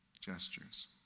gestures